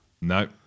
no